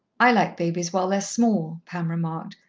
i like babies while they're small, pam remarked.